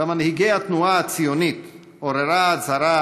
במנהיגי התנועה הציונית עוררה ההצהרה